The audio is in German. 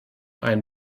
ein